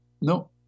no